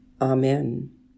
Amen